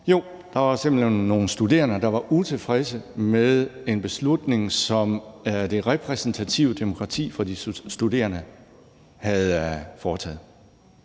Jo, der var simpelt hen nogle studerende, der var utilfredse med en beslutning, som det repræsentative demokrati på universitetet havde truffet.